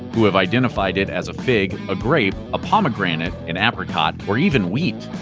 who have identified it as a fig, a grape, pomegranate, an apricot, or even wheat.